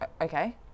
Okay